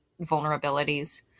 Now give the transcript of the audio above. vulnerabilities